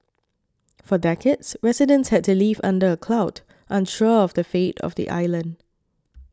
for decades residents had to live under a cloud unsure of the fate of the island